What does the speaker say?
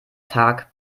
tag